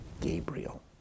Gabriel